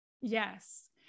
Yes